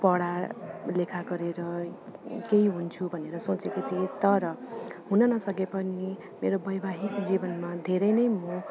पढ लेख गरेर केही हुन्छु भनेर सोचेको थिएँ तर हुन नसके पनि मेरो वैवाहिक जीवनमा धेरै नै म